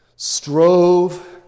Strove